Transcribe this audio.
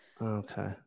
Okay